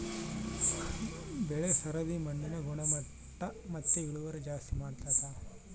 ಬೆಳೆ ಸರದಿ ಮಣ್ಣಿನ ಗುಣಮಟ್ಟ ಮತ್ತೆ ಇಳುವರಿ ಜಾಸ್ತಿ ಮಾಡ್ತತೆ